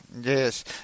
Yes